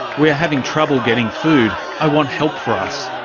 we're having trouble getting food. i want help for us.